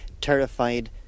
terrified